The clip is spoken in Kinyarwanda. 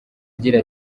agira